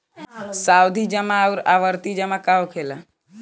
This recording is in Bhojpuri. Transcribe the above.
सावधि जमा आउर आवर्ती जमा का होखेला?